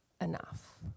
enough